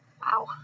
Wow